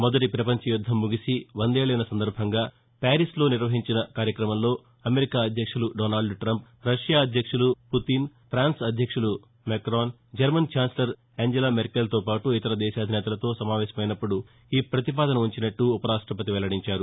మొదటి ప్రపంచ యుద్దం ముగిసి వందేక్లయిన సందర్బంగా పారిస్లో నిర్వహించిన కార్యకమంలో అమెరికా అధ్యక్షుడు డోనాల్డ్ టంప్ రష్యా అధ్యక్షుడు పుతిన్ ఫ్రాన్స్ అధ్యక్షుడు మెక్రాన్ జర్మన్ ఛాన్స్లర్ యాంజెల మెర్కెల్తోపాటు ఇతర దేశాధినేతలతో సమావేశమైనప్పుడు ఈ ప్రతిపాదన ఉంచినట్ల ఉపరాష్టపతి వెల్లడించారు